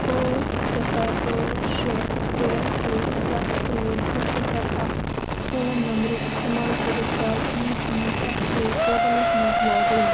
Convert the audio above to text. ٲٹھ صِفر ٲٹھ شےٚ ترٛےٚ ترٛےٚ ستھ ٲٹھ زٕ صِفر اَکھ فون نمبرٕ اِستعمال کٔرِتھ کَر E P F O portals منٛز لاگ اِن